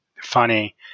funny